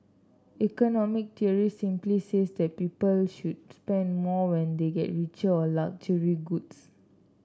economic theory simply says that people should spend more when they get richer on luxury goods